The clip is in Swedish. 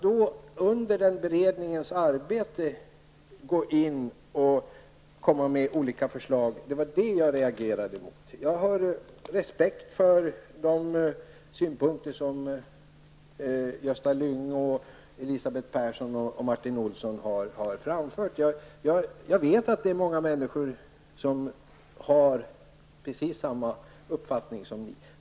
Att under den beredningens arbete komma med olika förslag var det jag reagerade mot. Jag har respekt för de synpunkter som Gösta Lyngå, Elisabeth Persson och Martin Olsson har framfört. Jag vet att det är många människor som har precis samma uppfattning som ni.